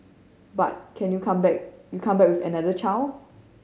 but can you come back you come back another child